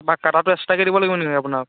বা কটাটো এক্সট্ৰাকৈ দিব লাগিব নেকি আপোনাক